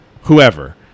whoever